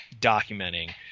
documenting